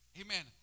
Amen